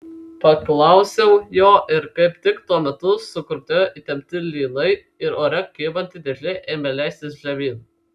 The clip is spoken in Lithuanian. paklausiau jo ir kaip tik tuo metu sukrutėjo įtempti lynai ir ore kybanti dėžė ėmė leistis žemyn